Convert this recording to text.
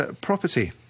Property